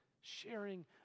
sharing